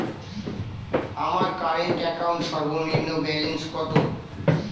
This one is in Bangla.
আমার কারেন্ট অ্যাকাউন্ট সর্বনিম্ন ব্যালেন্স কত?